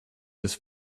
his